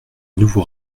nouveau